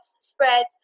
spreads